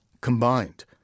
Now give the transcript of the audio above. combined